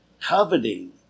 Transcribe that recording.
coveting